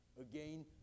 Again